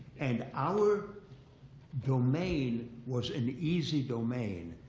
and our domain was an easy domain.